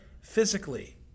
physically